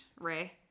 Ray